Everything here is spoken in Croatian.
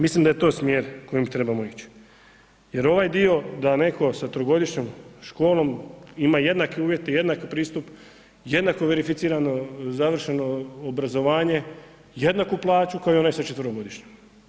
Mislim da je to smjer kojim trebamo ići, jer ovaj dio da ne'ko sa trogodišnjom školom ima jednake uvijete, jednaki pristup, jednako verificirano završeno obrazovanje, jednaku plaću k'o i onaj sa četverogodišnjom.